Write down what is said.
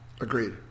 Agreed